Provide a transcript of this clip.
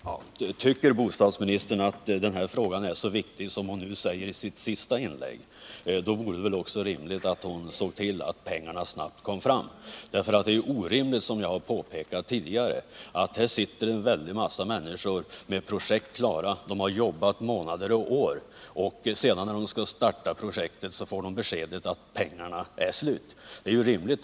Herr talman! Tycker bostadsministern att den här frågan är så viktig som hon sade i sitt sista inlägg vore det också rimligt att hon såg till att pengarna snarast kom fram. Som jag redan påpekat har en väldig massa människor jobbat i månader och år med projekt som nu är klara, men när man skall starta dessa arbeten får man beskedet att pengarna är slut.